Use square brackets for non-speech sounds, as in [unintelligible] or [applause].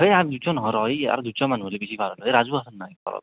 [unintelligible] বেছি ভাল ৰাজু আছে নাই ঘৰত